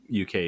UK